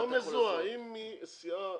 לא מזוהה, אם היא סיעה ערבית,